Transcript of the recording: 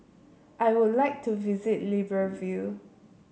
I would like to visit Libreville